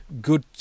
good